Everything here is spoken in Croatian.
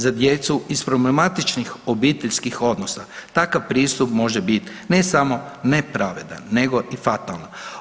Za djecu iz problematičnih obiteljskih odnosa takav pristup može biti ne samo nepravedan nego i fatalan.